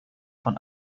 von